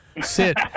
sit